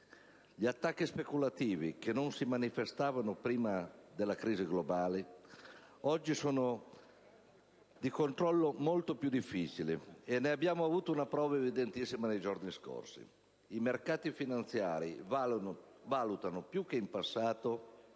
Gli attacchi speculativi, che non si manifestavano prima della crisi globale, oggi sono molto più difficili da controllare, e ne abbiamo avuto una prova evidentissima nei giorni scorsi. I mercati finanziari valutano più che in passato